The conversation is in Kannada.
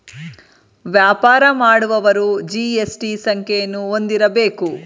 ವ್ಯಾಪಾರ ಮಾಡುವವರು ಜಿ.ಎಸ್.ಟಿ ಸಂಖ್ಯೆಯನ್ನು ಹೊಂದಿರಬೇಕು